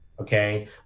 Okay